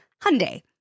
Hyundai